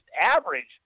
average